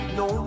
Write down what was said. no